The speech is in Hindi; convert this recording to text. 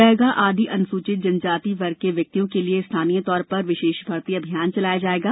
बैगा आदि अनुसूचित जनजाति वर्ग के व्यक्तियों के लिए स्थानीय तौर पर विशेष भर्ती अभियान चलाया जाएगा